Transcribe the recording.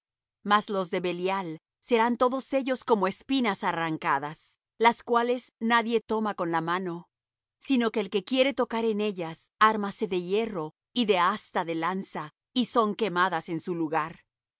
mas los de belial serán todos ellos como espinas arrancadas las cuales nadie toma con la mano sino que el que quiere tocar en ellas armase de hierro y de asta de lanza y son quemadas en su lugar